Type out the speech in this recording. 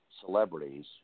celebrities